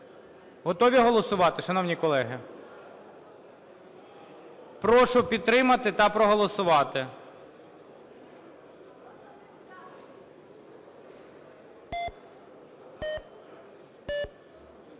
Готові голосувати, шановні колеги? Прошу підтримати та проголосувати.